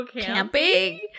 camping